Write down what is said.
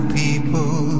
people